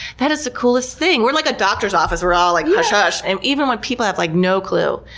that is the coolest thing! we're like a doctor's office. we're all, like, hush hush. and even when people have, like, no clue.